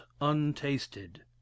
untasted